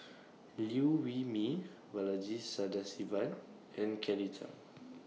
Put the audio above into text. Liew Wee Mee Balaji Sadasivan and Kelly Tang